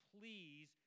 please